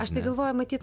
aš tai galvoju matyt